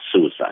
suicide